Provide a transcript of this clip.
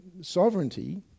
sovereignty